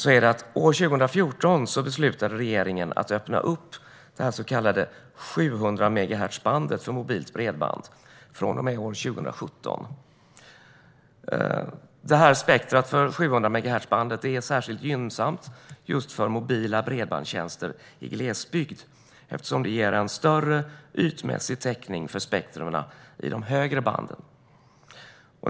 År 2014 beslutade regeringen att öppna upp det så kallade 700-megahertzbandet för mobilt bredband från och med 2017. Spektrumet för 700megahertzbandet är särskilt gynnsamt just för mobila bredbandstjänster i glesbygd, eftersom det ger en större ytmässig täckning för spektrumen i de högre banden.